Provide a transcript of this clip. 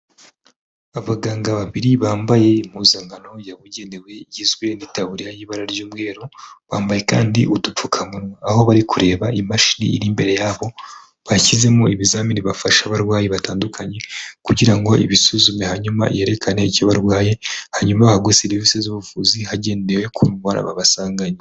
Abaganga babiri bambaye impuzankano yabugenewe igizwe n'itaburiya y'ibara ry'umweru bambaye kandi udupfukamunwa, aho bari kureba imashini iri imbere yaho bashyizemo ibizamini bafasha abarwayi batandukanye kugira ngo ibisuzume hanyuma yerekane icyo barwaye, hanyuma bahabwe serivisi z'ubuvuzi hagendewe ku ndwara babasanganye.